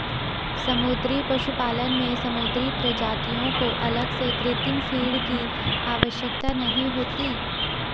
समुद्री पशुपालन में समुद्री प्रजातियों को अलग से कृत्रिम फ़ीड की आवश्यकता नहीं होती